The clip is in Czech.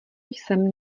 jsem